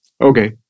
okay